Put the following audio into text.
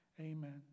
Amen